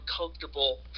comfortable